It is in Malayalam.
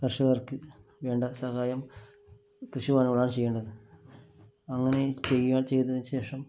കര്ഷകര്ക്ക് വേണ്ട സഹായം കൃഷിഭവനിലൂടെയാണ് ചെയ്യേണ്ടത് അങ്ങനെ ചെയ്യ ചെയ്തതിന് ശേഷം